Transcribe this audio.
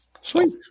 Sweet